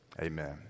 Amen